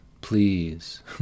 please